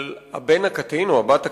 על הבן הקטין או הבת הקטינה,